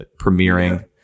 premiering